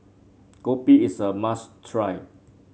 Kopi is a must try